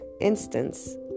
instance